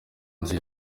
nzu